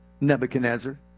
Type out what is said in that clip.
nebuchadnezzar